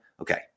Okay